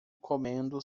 comendo